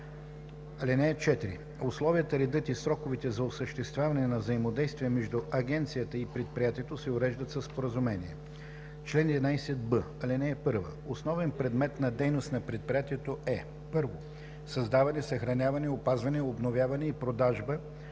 съвет. (4) Условията, редът и сроковете за осъществяване на взаимодействие между агенцията и предприятието се уреждат със споразумение. Чл. 11б. (1) Основен предмет на дейност на предприятието е: 1. създаване, съхраняване, опазване, обновяване и продажба